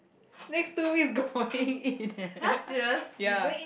next two week going eat leh ya